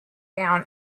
down